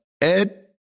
Ed